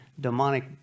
demonic